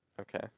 Okay